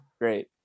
great